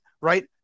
right